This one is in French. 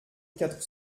quatre